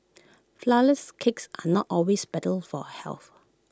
Flourless Cakes are not always better for health